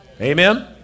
Amen